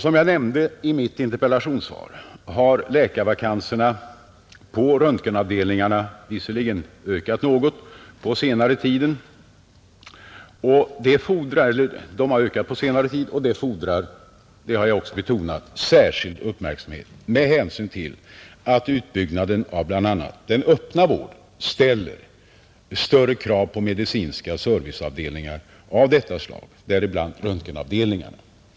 Som jag nämnde i mitt interpellationssvar har läkarvakanserna på röntgenavdelningarna alltså ökat något på senaste tiden, och detta fordrar — det har jag också betonat — särskild uppmärksamhet med hänsyn till att utbyggnaden av bl.a. den öppna vården ställer större krav på medicinska serviceavdelningar av olika slag, däribland röntgenavdelningar.